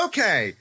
Okay